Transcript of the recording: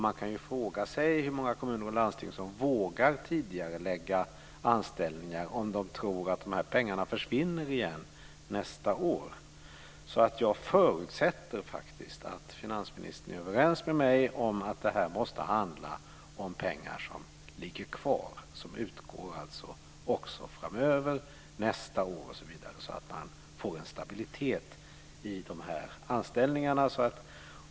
Man kan fråga sig hur många kommuner och landsting som vågar tidigarelägga anställningar, om de tror att pengarna försvinner igen nästa år. Jag förutsätter att finansministern är överens med mig om att det måste handla om pengar som ligger kvar, som utgår också framöver, nästa år osv. Då kan man få en stabilitet i anställningarna.